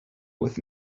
with